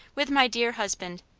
with my dear husband.